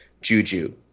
juju